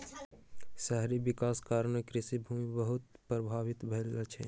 शहरी विकासक कारणें कृषि भूमि बहुत प्रभावित भेल अछि